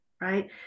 right